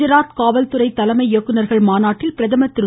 குஜராத் காவல்துறை தலைமை இயக்குனர்கள் மாநாட்டில் பிரதமர் திரு